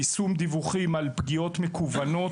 יישום דיווחים על פגיעות מקוונות.